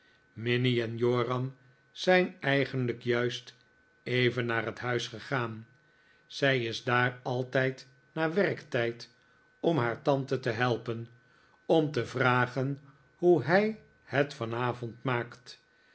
minnie en joram zijn eigenlijk juist even naar het huis gegaan zij is daar altijd na werktijd om haar tante te helpen dm te vragen hoe hij het vanavond maakt